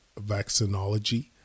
Vaccinology